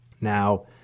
Now